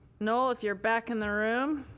noel, if you're back in the room,